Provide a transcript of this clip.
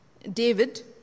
David